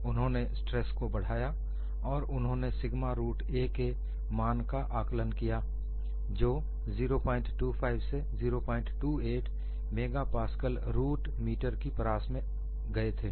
उन्होंने स्ट्रेसों को बढ़ाया और उन्होंने sigma root a 'Sigma root a' के मान का आकलन किया जो 0 25 से 0 28 मेगापास्कल रूट मीटर की परास में पाए गए थे